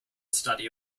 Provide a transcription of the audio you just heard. study